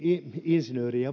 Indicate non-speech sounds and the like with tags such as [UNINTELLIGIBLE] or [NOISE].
insinööriä [UNINTELLIGIBLE]